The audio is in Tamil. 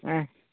ஆ